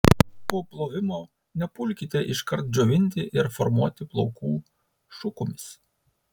po plovimo nepulkite iškart džiovinti ir formuoti plaukų šukomis